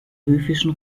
höfischen